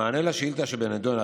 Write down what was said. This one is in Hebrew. במענה על השאילתה שבנדון,